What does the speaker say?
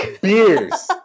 beers